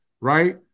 right